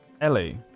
ellie